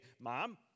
Mom